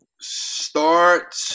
start